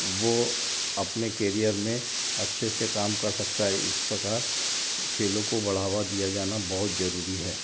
वो अपने केरियर में अच्छे से काम कर सकता है इस प्रकार खेलों को बढ़ावा दिया जाना बहुत जरूरी है